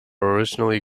originally